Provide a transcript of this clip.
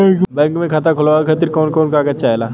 Bank मे खाता खोलवावे खातिर कवन कवन कागज चाहेला?